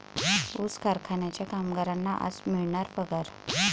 ऊस कारखान्याच्या कामगारांना आज मिळणार पगार